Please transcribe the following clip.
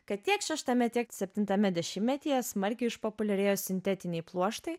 kad tiek šeštame tiek septintame dešimetyje smarkiai išpopuliarėjo sintetiniai pluoštai